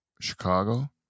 Chicago